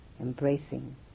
embracing